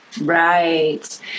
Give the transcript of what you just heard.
Right